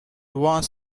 one